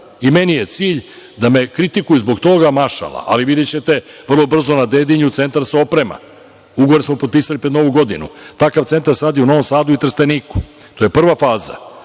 I meni je cilj da me kritikuju zbog toga mašala, ali videćete vrlo brzo na Dedinju centar se oprema. Ugovor smo potpisali pred novu godinu. Takav centar se gradi u Novom Sadu i Trsteniku. To je prva faza. Druga